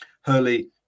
Hurley